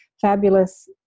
fabulous